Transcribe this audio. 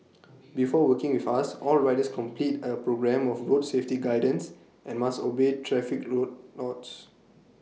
before working with us all riders complete A programme of road safety guidance and must obey traffic road laws